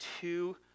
two